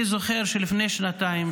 אני זוכר שלפני שנתיים,